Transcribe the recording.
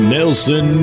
Nelson